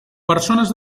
persones